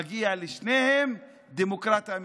ומגיעה לשניהם דמוקרטיה אמיתית.